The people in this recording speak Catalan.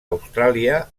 austràlia